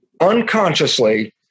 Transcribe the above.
unconsciously